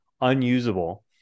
unusable